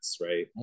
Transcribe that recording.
right